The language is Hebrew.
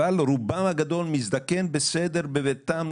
אבל רובם הגדול מזדקן בסדר בביתם,